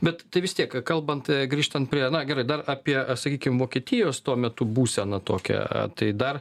bet tai vis tiek kalbant grįžtant prie na gerai dar apie sakykim vokietijos tuo metu būsena tokią tai dar